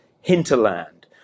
hinterland